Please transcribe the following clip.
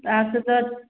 हज़ार